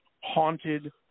Haunted